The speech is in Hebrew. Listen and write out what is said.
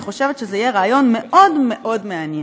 אני חושבת שזה יהיה רעיון מאוד מאוד מעניין.